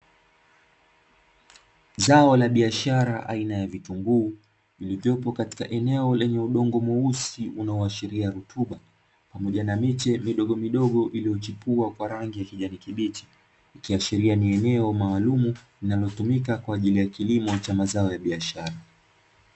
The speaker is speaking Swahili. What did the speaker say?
Zao la biashra aina ya vitunguu vilivyopo katika eneo lenye udongo mweusi unaoashiria rutuba, pamoja na miche midogomidogo iliyochipua kwa rangi ya kijani kibichi, ikiashiria ni eneo maalumu linalotumika kwa ajili ya kiimo cha mazao ya biashara.